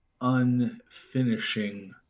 unfinishing